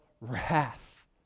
wrath